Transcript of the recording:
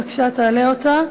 בבקשה, תעלה אותה.